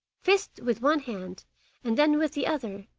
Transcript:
first with one hand and then with the other,